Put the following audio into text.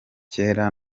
kera